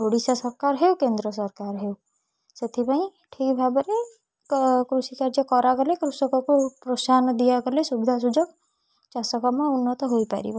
ଓଡ଼ିଶା ସରକାର ହେଉ କେନ୍ଦ୍ର ସରକାର ହେଉ ସେଥିପାଇଁ ଠିକ୍ ଭାବରେ କୃଷିକାର୍ଯ୍ୟ କରାଗଲେ କୃଷକକୁ ପ୍ରୋତ୍ସାହନ ଦିଆଗଲେ ସୁବିଧା ସୁଯୋଗ ଚାଷ କାମ ଉନ୍ନତ ହୋଇପାରିବ